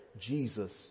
Jesus